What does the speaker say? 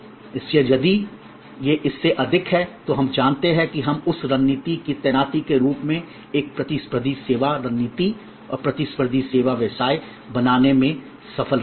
इसलिए यदि यह इससे अधिक है तो हम जानते हैं कि हम उस रणनीति की तैनाती के रूप में एक प्रतिस्पर्धी सेवा रणनीति और प्रतिस्पर्धी सेवा व्यवसाय बनाने में सफल रहे हैं